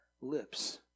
lips